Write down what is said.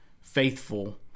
Faithful